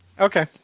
Okay